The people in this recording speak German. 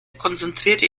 konzentrierte